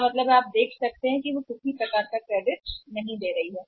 तो इसका मतलब है कि आप उस स्थिति को देख सकते हैं जो वे नहीं दे रहे हैं क्रेडिट की तरह